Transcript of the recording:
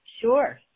Sure